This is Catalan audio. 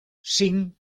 cinc